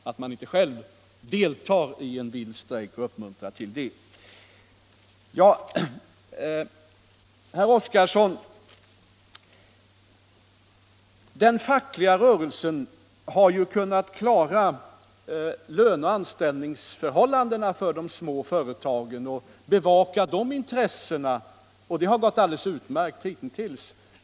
Vad beträffar herr Oskarsons inlägg när det gäller frågan om de små företagens löneoch anställningsförhållanden vill jag framföra att den fackliga rörelsen hitintills har klarat att bevaka dessa intressen. Det har gått alldeles utmärkt.